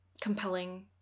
compelling